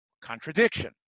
Contradiction